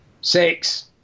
Six